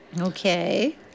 Okay